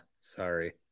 sorry